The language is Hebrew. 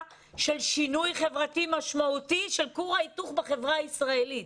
על שינוי חברתי משמעותי של כור ההיתוך בחברה הישראלית,